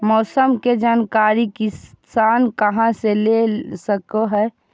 मौसम के जानकारी किसान कहा से ले सकै है?